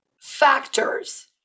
factors